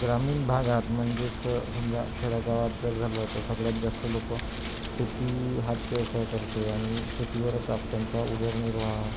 ग्रामीण भागात म्हणजेच समजा खेडेगावात जर झालं तर सगळ्यात जास्त लोक शेती हाच व्यवसाय करते आणि शेतीवरच आज त्यांचा उदरनिर्वाह